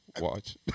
watch